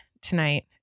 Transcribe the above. tonight